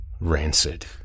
rancid